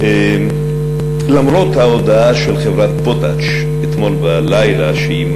למרות ההודעה של חברת "פוטאש" אתמול בלילה שהיא